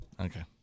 Okay